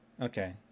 Okay